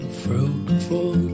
fruitful